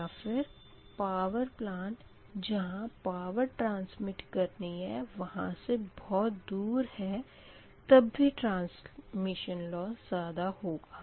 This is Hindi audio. या फिर पावर प्लांट जहाँ पावर ट्रांसमिट करनी है वहाँ से बहुत दूर स्थित है तब भी ट्रांसमिशन लॉस ज़्यादा होगा